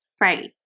Right